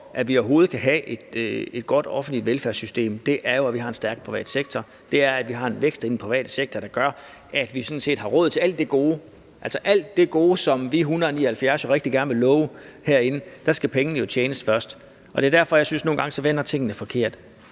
at vi overhovedet kan have et godt offentligt velfærdssystem, jo er, at vi har en stærk privat sektor, og at vi har en vækst i den private sektor, der gør, at vi sådan set har råd til alt det gode, og til alt det gode, som vi 179 herinde jo rigtig gerne vil love, skal pengene jo tjenes først. Det er derfor, jeg synes, at tingene nogle gange vender forkert